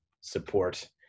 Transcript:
support